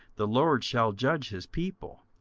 the lord shall judge his people.